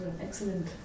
excellent